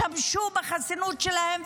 השתמשו בחסינות שלהם,